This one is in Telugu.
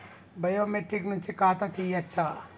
బయోమెట్రిక్ నుంచి ఖాతా తీయచ్చా?